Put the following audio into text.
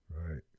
right